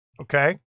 okay